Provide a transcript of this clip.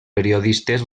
periodistes